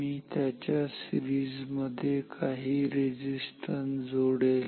मी त्याच्या सीरिजमध्ये काही रेझिस्टन्स जोडेल